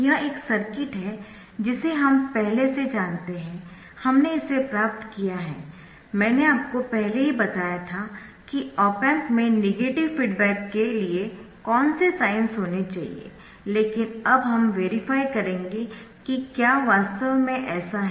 यह एक सर्किट है जिसे हम पहले से जानते है हमने इसे प्राप्त किया है मैंने आपको पहले ही बताया था कि ऑप एम्प में नेगेटिव फीडबैक के लिए कौन से साइन्स होने चाहिए लेकिन अब हम वेरीफाई करेंगे कि क्या वास्तव में ऐसा है